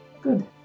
Good